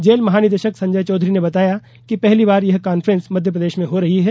jail महानिदेशक संजय चौधरी ने बताया कि पहली बार यह कांफ्रेंस मध्यप्रदेश में हो रही है